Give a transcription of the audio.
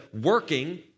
working